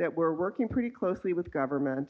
that were working pretty closely with government